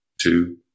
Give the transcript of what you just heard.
two